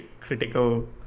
critical